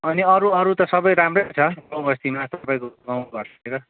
अनि अरू अरू त सबै राम्रै छ गाउँ बस्तीमा तपाईँको गाउँघरतिर